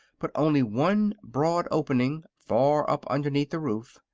but only one broad opening far up underneath the roof,